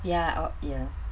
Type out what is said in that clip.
ya or ya